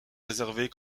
réservés